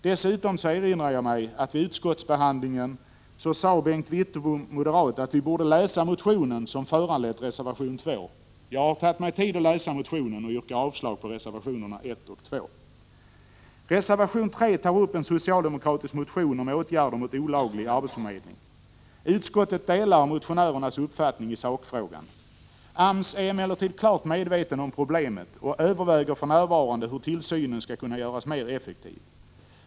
Dessutom erinrar jag mig att Bengt Wittbom vid utskottsbehandlingen sade att vi borde läsa motionen som föranlett reservation 2. Jag har tagit mig tid att läsa motionen och yrkar avslag på reservationerna 1 och 2. I reservation 3 tas upp en socialdemokratisk motion om åtgärder mot olaglig arbetsförmedling. Utskottet delar motionärernas uppfattning i sakfrågan. AMS är emellertid klart medveten om problemet och överväger för närvarande hur tillsynen skall kunna göras mer effektiv.